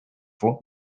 phone